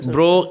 Bro